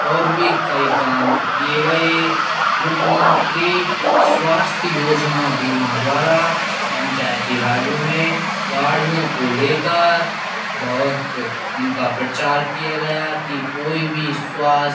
और भी कई काम किए गए मुख्यमंत्री स्वास्थ्य योजना बीमा द्वारा पंचायती राज्यों में गाड़ियों को लेकर बहुत उनका प्रचार किया गया कि कोई भी स्वास्थ्य